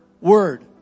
Word